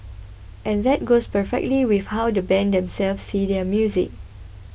and that goes perfectly with how the band themselves see their music